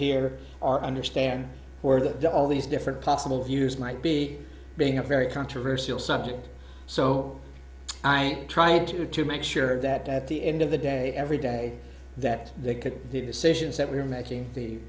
hear or understand where that the all these different possible views might be being a very controversial subject so i tried to to make sure that at the end of the day every day that they could the decisions that we were making the